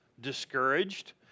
discouraged